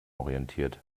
orientiert